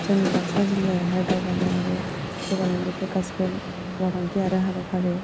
जोंनि बाक्सा जिल्लायावहाय दावगानाय आरो जौगानाय बेफोर गासैबो मावथांखि आरो हाबाफारि